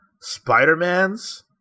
Spider-Man's